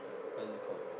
what is it called